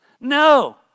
No